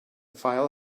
file